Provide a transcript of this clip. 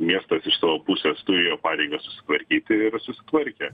miestas iš savo pusės turėjo pareigą susitvarkyti ir susitvarkė